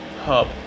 Hub